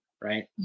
right